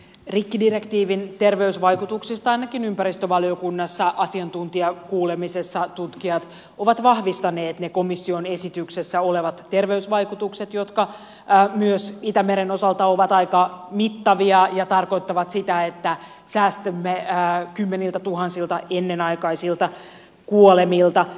rikkidirektiivin terveysvaikutuksista ainakin ympäristövaliokunnassa asiantuntijakuulemisessa tutkijat ovat vahvistaneet ne komission esityksessä olevat terveysvaikutukset jotka myös itämeren osalta ovat aika mittavia ja tarkoittavat sitä että säästymme kymmeniltätuhansilta ennenaikaisilta kuolemilta